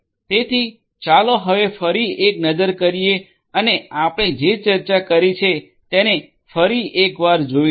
તેથી ચાલો હવે ફરી એક નજર કરીએ અને આપણે જે ચર્ચા કરી છે તેની ફરી એક વાર જોઈ લઈએ